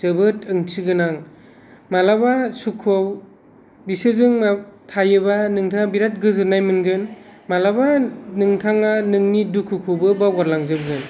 जोबोद ओंथि गोनां मालाबा सुखुआव बिसोरजों मा थायोब्ला नोंथाङा बिराद गोजोननाय मोनगोन मालाबा नोंथाङा नोंनि दुखुखौबो बावगारलांजोबगोन